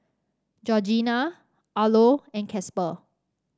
Georgina Arlo and Casper